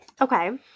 Okay